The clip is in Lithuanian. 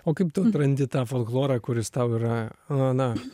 o kaip tu atrandi tą folklorą kuris tau yra na